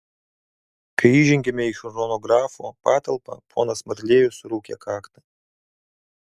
kai įžengėme į chronografo patalpą ponas marlėjus suraukė kaktą